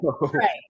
Right